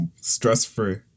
Stress-free